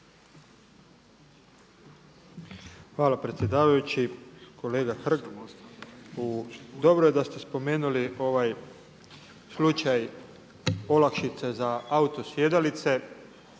Hvala predsjedavajući. Kolega Hrg, dobro je da ste spomenuli ovaj slučaj olakšice za auto sjedalice